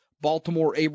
Baltimore